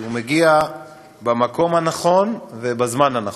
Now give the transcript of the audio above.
כי הוא מגיע במקום הנכון ובזמן הנכון.